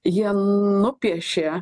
jie nupiešė